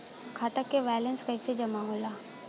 खाता के वैंलेस कइसे जमा होला?